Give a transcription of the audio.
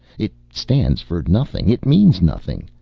it stands for nothing. it means nothing.